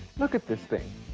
look at this thing,